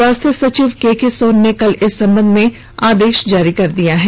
स्वास्थ्य सचिव केके सोन ने कल इस संबंध में आदेश जारी कर दिया है